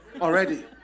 already